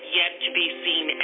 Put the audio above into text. yet-to-be-seen